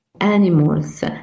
animals